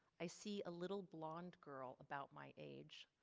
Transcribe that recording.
i see a little blonde girl about my age.